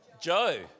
Joe